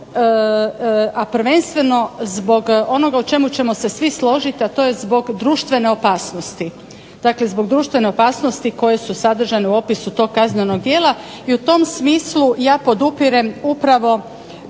a prvenstveno zbog onoga o čemu ćemo se svi složiti, a to je zbog društvene opasnosti. Dakle, zbog društvene opasnosti koje su sadržane u opisu tog kaznenog djela. I u tom smislu ja podupirem upravo